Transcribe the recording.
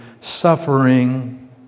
suffering